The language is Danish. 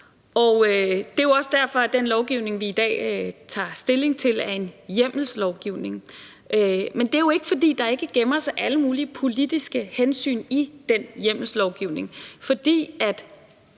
Det er også derfor, at det lovforslag, vi i dag tager stilling til, er en hjemmelslovgivning. Det er jo ikke, fordi der ikke gemmer sig alle mulige politiske hensyn i den hjemmelslovgivning. Der